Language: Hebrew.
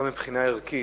גם מבחינה ערכית,